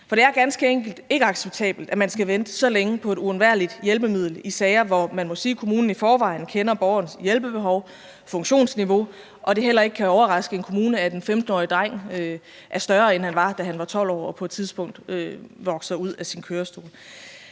For det er ganske enkelt ikke acceptabelt, at man skal vente så længe på et uundværligt hjælpemiddel i sager, hvor man må sige, at kommunen i forvejen kender borgerens hjælpebehov, funktionsniveau, og det kan heller ikke overraske en kommune, at en 15-årig dreng er større, end han var, da han var 12 år, og at han på et tidspunkt vokser ud af sin kørestol.